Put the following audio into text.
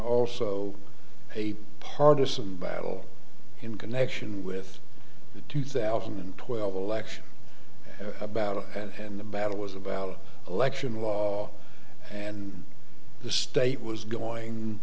also a partisan battle in connection with the two thousand and twelve election about it and the battle was about election law and the state was going